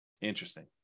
Interesting